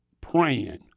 praying